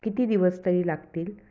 किती दिवस तरी लागतील